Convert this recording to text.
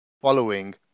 following